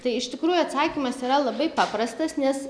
tai iš tikrųjų atsakymas yra labai paprastas nes